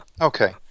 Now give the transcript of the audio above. okay